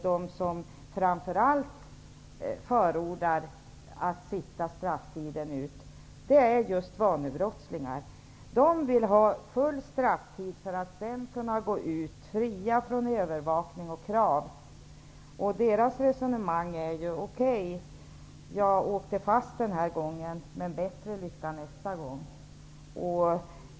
De som framför allt förordar att man skall sitta strafftiden ut är just vanebrottslingar. De vill ha full strafftid för att sedan kunna gå ut, fria från övervakning och krav. Deras resonemang är: Okej, jag åkte fast den här gången, men bättre lycka nästa gång.